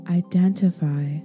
identify